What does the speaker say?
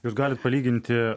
jūs galit palyginti